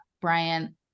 Brian